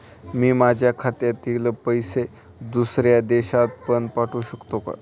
मी माझ्या खात्यातील पैसे दुसऱ्या देशात पण पाठवू शकतो का?